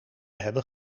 hebben